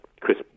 Chris